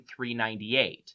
398